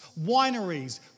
wineries